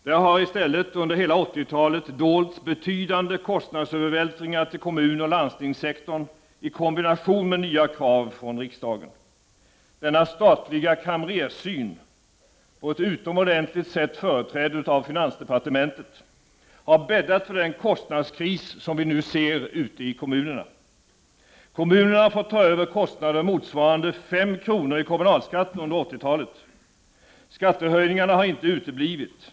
Det har i stället, under hela 80-talet, dolts betydande kostnadsövervältringar till kommunoch landstingssektorn i kombination med nya krav från riksdagen. Denna statliga kamrerssyn, på ett utomordentligt sätt företrädd av finansdepartementet, har bäddat för den kostnadskris som vi nu ser ute i kommunerna. Kommunerna har fått ta över kostnader motsvarande 5 kr. i kommunalskatt under 80-talet. Skattehöjningarna har inte uteblivit.